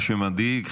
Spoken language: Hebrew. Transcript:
מה שמדאיג,